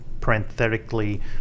parenthetically